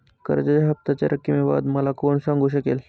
कर्जाच्या हफ्त्याच्या रक्कमेबाबत मला कोण सांगू शकेल?